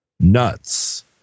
nuts